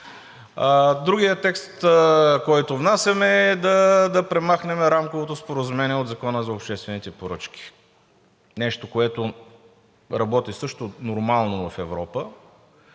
Другият текст, който внасяме, е да премахнем рамковото споразумение от Закона за обществените поръчки – нещо, което работи също нормално в Европа.